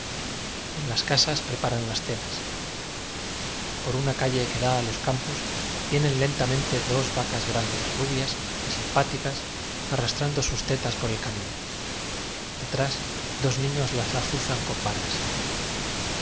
en las casas preparan las cenas por una calle que da a los campos vienen lentamente dos vacas grandes rubias y simpáticas arras trando sus tetas por el camino detrás dos niños las azuzan con varas